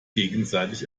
gegenseitig